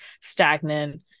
stagnant